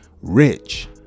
rich